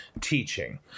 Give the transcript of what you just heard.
teaching